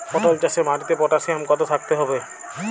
পটল চাষে মাটিতে পটাশিয়াম কত থাকতে হবে?